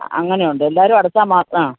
അങ്ങനെയുണ്ട് എല്ലാവരും അടച്ചാല് മാത്രം